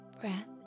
breath